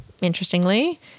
interestingly